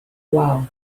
wal